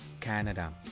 Canada